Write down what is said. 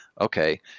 Okay